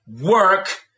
work